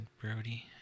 brody